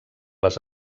les